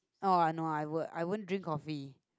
oh I know I work I won't drink coffee